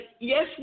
yes